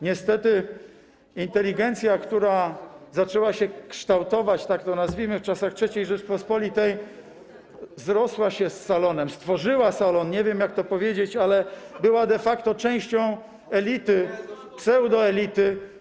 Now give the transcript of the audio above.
Niestety inteligencja, która zaczęła się kształtować, tak to nazwijmy, w czasach III Rzeczypospolitej, zrosła się z salonem, stworzyła salon - nie wiem, jak to powiedzieć - była de facto częścią elity, pseudoelity.